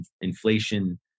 inflation